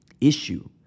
issue